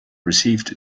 received